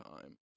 time